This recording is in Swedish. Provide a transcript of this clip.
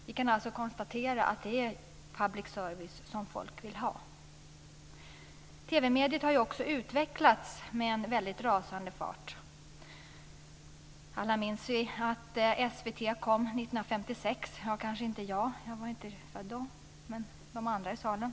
Vi kan alltså konstatera att det är public service som folk vill ha. TV-mediet har utvecklats med en rasande fart. Alla minns vi att SVT kom 1956 - ja, kanske inte jag som inte var född då, men ni andra i salen.